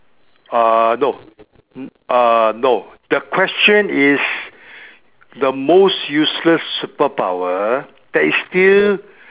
uh no uh no the question is the most useless superpower that is still